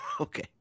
Okay